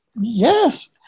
Yes